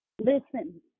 Listen